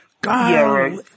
God